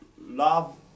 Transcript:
love